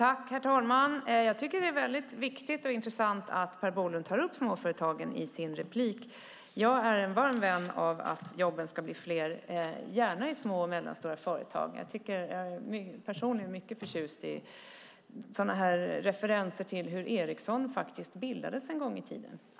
Herr talman! Jag tycker att det är mycket viktigt och intressant att Per Bolund tar upp småföretagen i sin replik. Jag är en varm vän av att jobben ska bli fler, gärna i små och medelstora företag. Jag är personligen mycket förtjust i sådana referenser till hur Ericsson faktiskt bildades en gång i tiden.